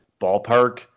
ballpark